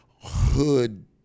hood